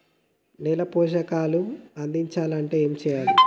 నేలకు పోషకాలు అందించాలి అంటే ఏం చెయ్యాలి?